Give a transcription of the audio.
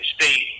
State